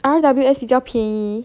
R_W_S 比较便宜